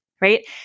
right